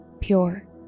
pure